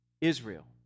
Israel